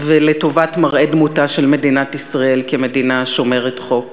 ולטובת מראה דמותה של מדינת ישראל כמדינה שומרת חוק.